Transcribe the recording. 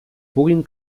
puguin